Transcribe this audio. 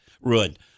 Ruined